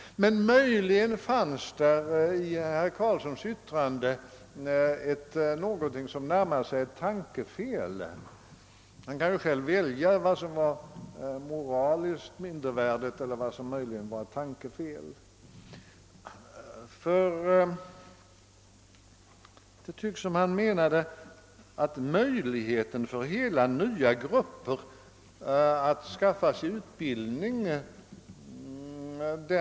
Men möjligen fanns det i herr Carlssons yttrande någonting som närmar sig ett tankefel — han kan själv välja om yttrandet skall anses moraliskt mindervärdigt eller om det möj ligen var fråga om ett tankefel. Det tycks som om han menade att jag och andra ville förhindra möjligheten för nya grupper att skaffa sig utbildning.